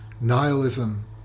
nihilism